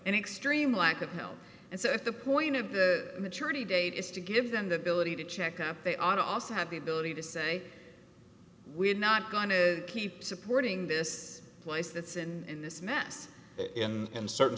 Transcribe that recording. an extreme lack of help and so at the point of the maturity date is to give them the ability to check up they are also have the ability to say we're not going to keep supporting this place that's in this mess in certain